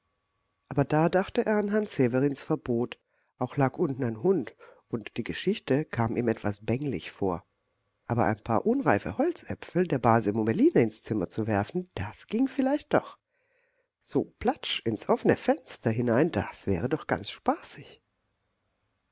aber da dachte er an herrn severins verbot auch lag unten ein hund und die geschichte kam ihm etwas bänglich vor aber ein paar unreife holzäpfel der base mummeline ins zimmer werfen das ging vielleicht doch so platsch ins offene fenster hinein das wäre doch ganz spaßig